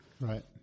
right